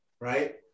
right